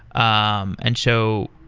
um and so